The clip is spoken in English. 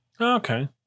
okay